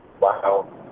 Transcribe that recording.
Wow